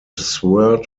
sword